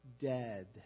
dead